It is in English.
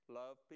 love